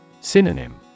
Synonym